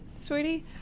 sweetie